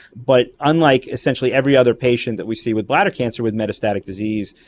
but unlike essentially every other patient that we see with bladder cancer with metastatic disease,